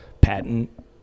patent